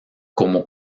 como